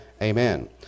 Amen